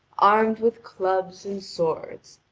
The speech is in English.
armed with clubs and swords.